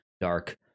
dark